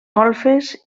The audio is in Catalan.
golfes